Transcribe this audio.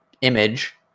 image